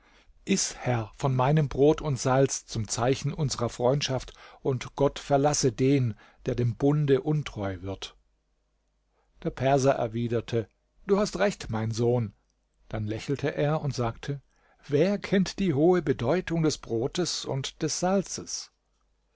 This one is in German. iß herr von meinem brot und salz zum zeichen unsrer freundschaft und gott verlasse den der dem bunde untreu wird der perser erwiderte du hast recht mein sohn dann lächelte er und sagte wer kennt die hohe bedeutung des brotes und des salzes